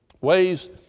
ways